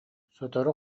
сотору